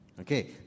okay